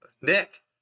Nick